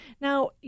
Now